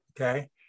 Okay